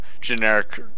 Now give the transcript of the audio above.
generic